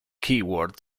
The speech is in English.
keyword